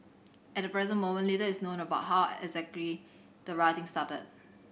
at the present moment little is known about how the rioting started